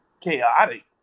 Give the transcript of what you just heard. chaotic